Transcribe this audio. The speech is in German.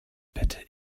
bitte